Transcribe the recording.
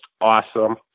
awesome